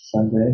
Sunday